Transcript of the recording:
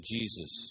Jesus